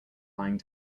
lying